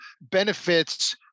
benefits